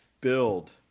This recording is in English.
build